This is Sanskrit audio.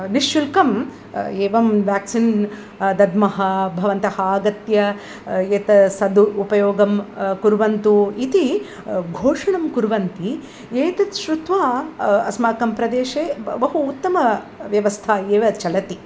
निश्शुल्कम् एव व्याक्सिन् दद्मः भवन्तः आगत्य यत् सदुपयोगं कुर्वन्तु इति घोषणां कुर्वन्ति एतत् श्रुत्वा अस्माकं प्रदेशे ब बहु उत्तम व्यवस्था एव चलति